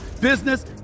business